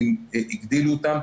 הגדיל אותם,